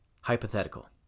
hypothetical